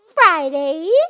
Friday